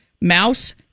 Mouse